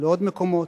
ולעוד מקומות.